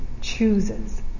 chooses